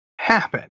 happen